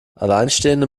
alleinstehende